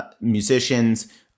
musicians